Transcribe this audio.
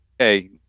okay